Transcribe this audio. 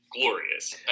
Glorious